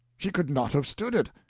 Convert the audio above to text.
she could not have stood it.